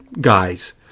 Guys